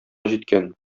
җиткән